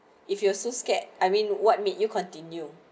if you so scared I mean what made you continue